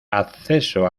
acceso